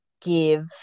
give